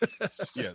yes